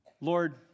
Lord